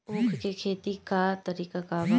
उख के खेती का तरीका का बा?